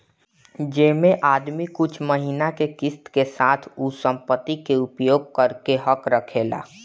जेमे आदमी कुछ महिना के किस्त के साथ उ संपत्ति के उपयोग करे के हक रखेला